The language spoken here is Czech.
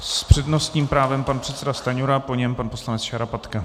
S přednostním právem pan předseda Stanjura, po něm pan poslanec Šarapatka.